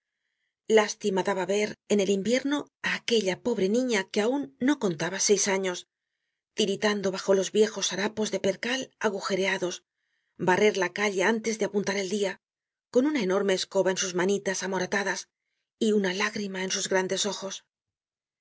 lástima daba ver en el invierno á aquella pobre niña que aun no contaba seis años tiritando bajo los viejos harapos de percal agujereados barrer la calle antes de apuntar el dia con una enorme escoba en sus manitas amoratadas y una lágrima en sus grandes ojos